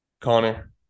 Connor